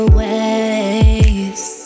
ways